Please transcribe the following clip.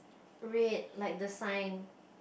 red like the sign